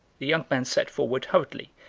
the young man sat forward hurriedly,